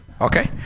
okay